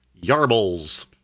Yarbles